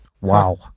Wow